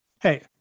hey